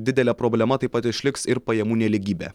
didele problema taip pat išliks ir pajamų nelygybė